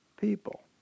people